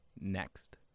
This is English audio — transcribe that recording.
Next